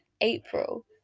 April